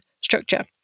structure